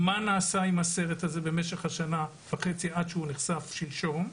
מה נעשה עם הסרט הזה במשך השנה וחצי עד שהוא נחשף שלשום.